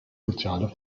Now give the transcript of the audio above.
soziale